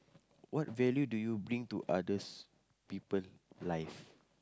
what value do you bring to other people's life